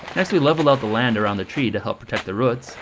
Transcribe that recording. next we leveled out the land around the tree to help protect the roots